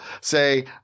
say